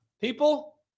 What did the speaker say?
People